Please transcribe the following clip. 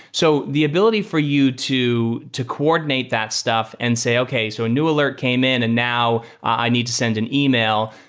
so the ability for you to to coordinate that stuff and say, okay. so a new alert came in and now i need to send an email.